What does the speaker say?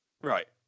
Right